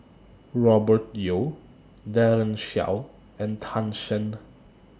Robert Yeo Daren Shiau and Tan Shen